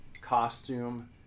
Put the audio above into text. costume